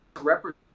represent